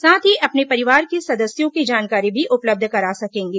साथ ही अपने परिवार के सदस्यों की जानकारी भी उपलब्ध करा सकेंगे